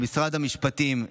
למשרד המשפטים,